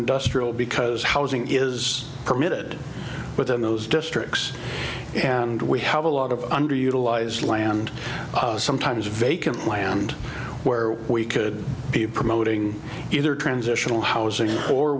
industrial because housing is permitted within those districts and we have a lot of underutilized land sometimes vacant land where we could be promoting either transitional housing or